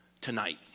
tonight